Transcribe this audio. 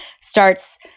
starts